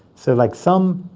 so like some